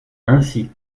ainsi